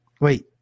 wait